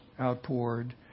Outpoured